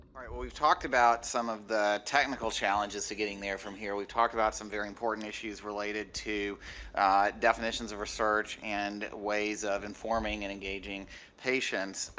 right well we've talked about some of the technical challenges to getting there from here we talked about some very important issues related to definitions of research and ways of informing and engaging patients.